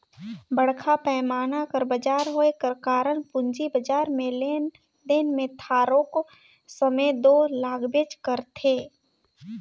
बड़खा पैमान कर बजार होए कर कारन पूंजी बजार में लेन देन में थारोक समे दो लागबेच करथे